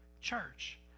Church